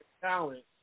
talent